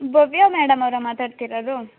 ಭವ್ಯ madam ಅವರ ಮಾತಾಡ್ತಿರೋದು